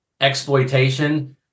exploitation